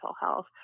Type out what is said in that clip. health